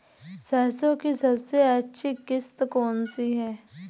सरसो की सबसे अच्छी किश्त कौन सी है?